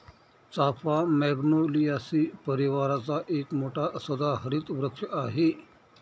चाफा मॅग्नोलियासी परिवाराचा एक मोठा सदाहरित वृक्ष आहे